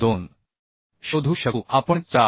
2 शोधू शकू आपण 4